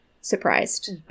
surprised